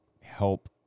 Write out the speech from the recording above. help